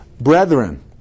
Brethren